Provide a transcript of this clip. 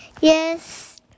Yes